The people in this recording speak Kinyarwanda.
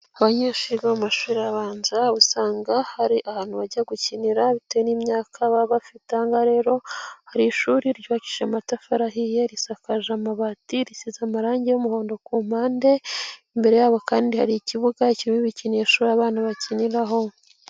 Abanyeshuri biga mu mashuri abanza usanga hari ahantu bajya gukinira bitewe n'imyaka baba bafite, ahangaha rero hari ishuri ryubakishije amatafari ahiye risakaje amabati, risize amarangi y'umuhondo ku mpande, imbere yaryo kandi hari ikibuga kirimo ibikinisho abana bakiniraho.